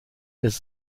des